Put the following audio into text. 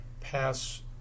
pass